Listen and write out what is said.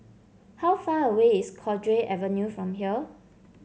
how far away is Cowdray Avenue from here